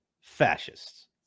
fascists